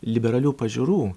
liberalių pažiūrų